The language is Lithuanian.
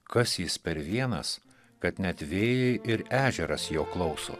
kas jis per vienas kad net vėjai ir ežeras jo klauso